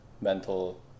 mental